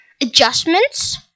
adjustments